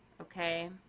okay